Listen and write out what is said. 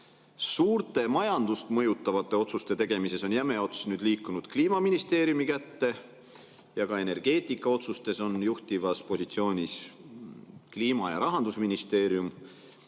suurte, majandust mõjutavate otsuste tegemises on jäme ots liikunud Kliimaministeeriumi kätte ja ka energeetikaotsustes on juhtival positsioonil Kliimaministeerium ja Rahandusministeerium.